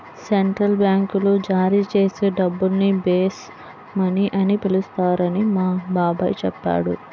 central బ్యాంకులు జారీ చేసే డబ్బుల్ని బేస్ మనీ అని పిలుస్తారని మా బాబాయి చెప్పాడు